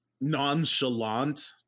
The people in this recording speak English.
nonchalant